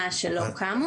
קמו.